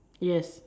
yes